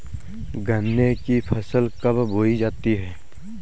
गन्ने की फसल कब बोई जाती है?